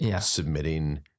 submitting